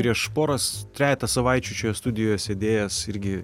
prieš poras trejetą savaičių šioje studijoje sėdėjęs irgi